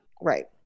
Right